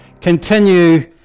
continue